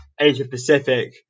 Asia-Pacific